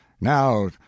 now